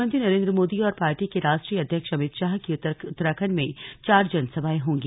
प्रधानमंत्री नरेंद्र मोदी और पार्टी के राष्ट्रीय अध्यक्ष अमित शाह की उत्तराखंड में चार जनसभाएं होंगी